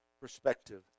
perspective